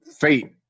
fate